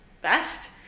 best